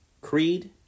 Creed